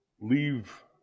leave